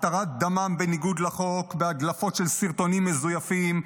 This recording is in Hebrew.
התרת דמם בניגוד לחוק בהדלפות של סרטונים מזויפים,